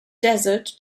desert